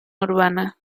urbana